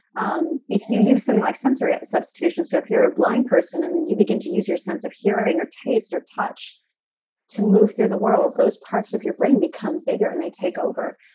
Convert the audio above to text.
um if you use something like sensory substitution so if you're a blind person and you begin to use your sense of hearing or taste or touch to move through the world, those parts of your brain become bigger and they takeover.